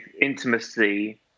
intimacy